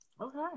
okay